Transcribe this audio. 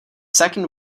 second